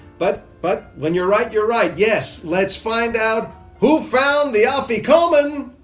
but but when you're right, you're right, yes. let's find out who found the afikoman.